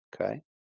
Okay